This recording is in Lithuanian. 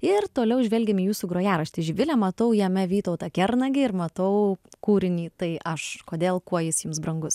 ir toliau žvelgiam į jūsų grojaraštį živile matau jame vytautą kernagį ir matau kūrinį tai aš kodėl kuo jis jums brangus